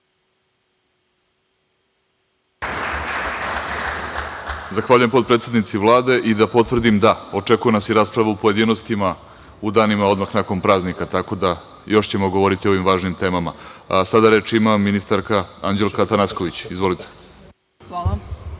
Zahvaljujem, potpredsednici Vlade. Da potvrdim da nas očekuje nas i rasprava u pojedinostima u danima odmah nakon praznika, tako da još ćemo govoriti o ovim važnim temama. Reč ima ministarka Anđelka Atanasković. Izvolite.